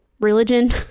religion